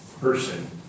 person